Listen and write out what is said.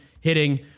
hitting